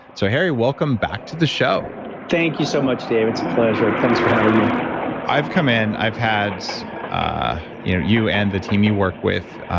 so harry, welcome back to the show thank you so much david, it's a pleasure, thanks for having me i've come in, i've had ah you you and the team you work with,